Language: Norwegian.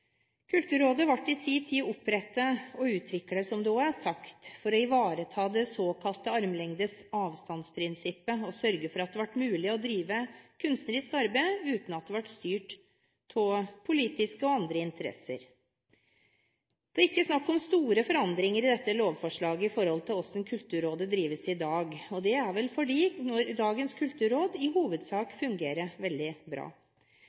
Kulturrådet ble i sin tid opprettet og utviklet – som det også er sagt – for å ivareta det såkalte armlengdes-avstand-prinsippet, og sørge for at det ble mulig å drive kunstnerisk arbeid uten at det ble styrt av politiske og andre interesser. Det er ikke snakk om store forandringer i dette lovforslaget med hensyn til hvordan Kulturrådet drives i dag, og det er fordi dagens kulturråd i hovedsak fungerer veldig bra.